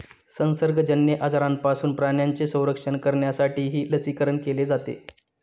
संसर्गजन्य आजारांपासून प्राण्यांचे संरक्षण करण्यासाठीही लसीकरण केले जाते